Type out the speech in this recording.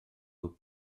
nhw